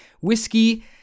whiskey